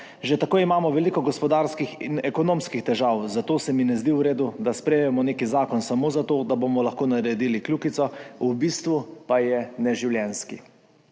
Že tako imamo veliko gospodarskih in ekonomskih težav, zato se mi ne zdi v redu, da sprejmemo nek zakon samo zato, da bomo lahko naredili kljukico, v bistvu pa je neživljenjski.«